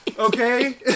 Okay